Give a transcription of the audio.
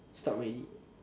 start already